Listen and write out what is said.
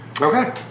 Okay